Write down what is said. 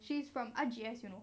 she's from R_G_S you know